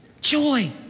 joy